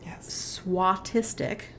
SWATistic